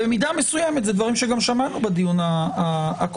במידה מסוימת, אלה דברים שגם שמענו בדיון הקודם.